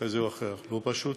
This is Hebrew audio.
כזה או אחר, פשוט